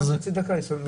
קשור באישור התקנות,